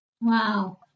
Wow